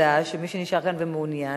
שמי שנשאר כאן ומעוניין,